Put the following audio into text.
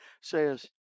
says